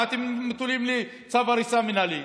מה אתם תולים לי צו הריסה מינהלי?